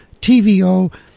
TVO